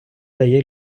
дає